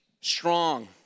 strong